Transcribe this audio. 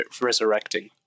resurrecting